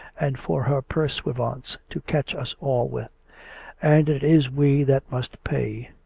and for her pursuivants to catch us all with and it is we that must pay.